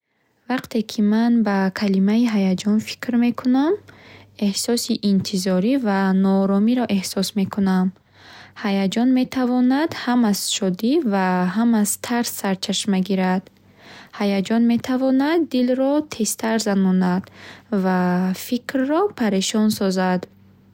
Вақте ки ман ба калимаи ҳаяҷон фикр мекунам, эҳсоси интизорӣ ва нооромиро эҳсос мекунам. Ҳаяҷон метавонад ҳам аз шодӣ ва ҳам аз тарс сарчашма гирад. Ҳаяҷон метавонад дилро тезтар занонад ва фикрро парешон созад.